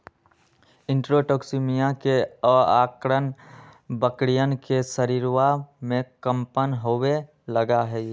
enterotoxaemia के अआरण बकरियन के शरीरवा में कम्पन होवे लगा हई